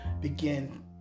begin